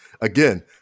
again